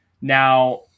Now